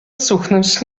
cuchnąć